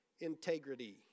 integrity